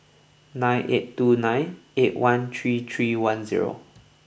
nine eight two nine eight one three three one zero